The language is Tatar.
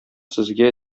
сезгә